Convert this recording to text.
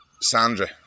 Sandra